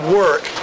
work